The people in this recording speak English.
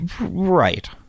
right